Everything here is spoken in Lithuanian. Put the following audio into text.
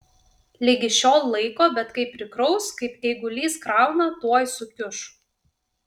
ligi šiol laiko bet kai prikraus kaip eigulys krauna tuoj sukiuš